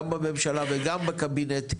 גם בממשלה וגם בקבינט,